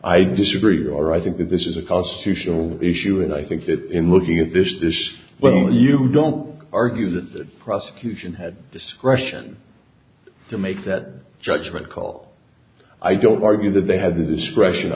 i disagree or i think that this is a constitutional issue and i think that in looking at this dish well you don't argue that the prosecution had discretion to make that judgment call i don't argue that they have the discretion